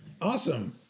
Awesome